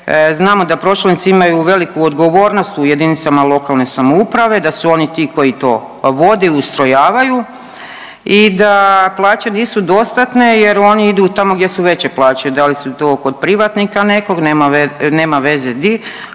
Znamo da pročelnici imaju veliku odgovornost u jedinicama lokalne samouprave, da su oni ti koji to vode i ustrojavaju i da plaće nisu dostatne jer oni idu tamo gdje su veće plaće, da li su to kod privatnika nekog, nema veze di,